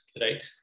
right